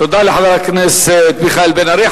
תודה לחבר הכנסת מיכאל בן-ארי.